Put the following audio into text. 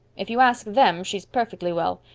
if you ask them, she's perfectly well.